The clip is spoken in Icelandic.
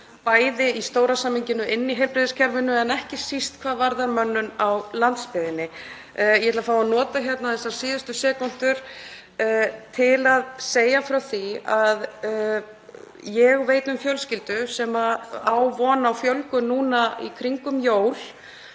bæði í stóra samhenginu í heilbrigðiskerfinu og ekki síst hvað varðar mönnun á landsbyggðinni. Ég ætla að fá að nota þessar síðustu sekúndur til að segja frá því að ég veit um fjölskyldu sem á von á fjölgun kringum jólin.